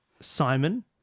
Simon